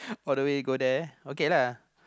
all the way go there okay lah